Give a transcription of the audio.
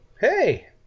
Hey